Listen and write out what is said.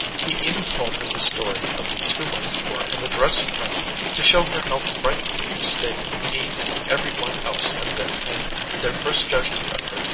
he even told her the story of the two-by-four and the dressing-room to show her how frightfully mistaken he and every one else had been in their first judgment of her